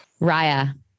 Raya